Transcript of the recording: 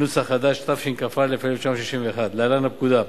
התשכ"א 1961, להלן: הפקודה,